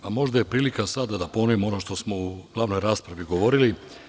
Možda je prilika sada da ponovim ono što smo u glavnoj raspravi govorili.